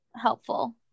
helpful